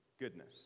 goodness